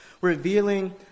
revealing